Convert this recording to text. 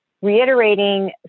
reiterating